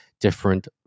different